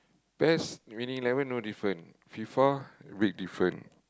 best Winning-Eleven no different Fifa big different